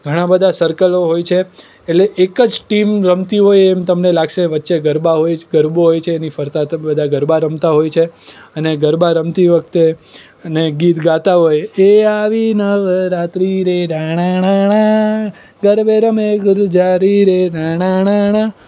ઘણા બધા સર્કલો હોય છે એટલે એક જ ટીમ રમતી હોય એમ તમને લાગશે વચ્ચે ગરબા હોય છે ગરબો હોય છે એની ફરતા તમે બધા ગરબા રમતા હોય છે અને ગરબા રમતી વખતે અને ગીત ગાતા હોય એ આવી નવરાત્રિ રે રાણા ણા ણા ગરબે રમે ગુર્જરી રે રા ણા ણા ણા